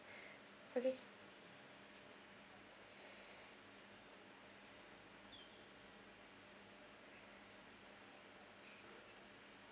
okay